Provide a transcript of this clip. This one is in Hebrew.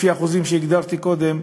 לפי האחוזים שהגדרתי קודם,